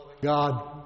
God